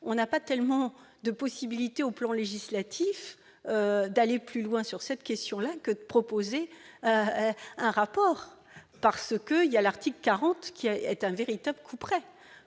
on n'a pas tellement de possibilités au plan législatif, d'aller plus loin sur cette question là que de proposer un rapport parce que il y a l'article 40 qui a été un véritable couperet,